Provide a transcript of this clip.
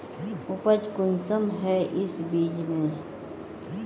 उपज कुंसम है इस बीज में?